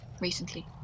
recently